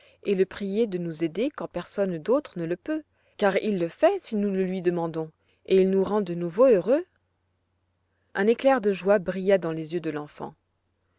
et le prier de nous aider quand personne d'autre ne le peut car il le fait si nous le lui demandons et il nous rend de nouveau heureux un éclair de joie brilla dans les yeux de l'enfant